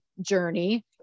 journey